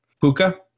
Puka